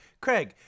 Craig